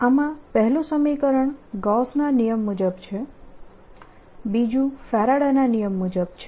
આમાં પહેલું સમીકરણ ગૌસના નિયમ Gausss law મુજબ છે બીજુ ફેરાડે ના નિયમ મુજબ છે